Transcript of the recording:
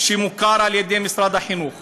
שמוכר על-ידי משרד החינוך